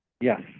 Yes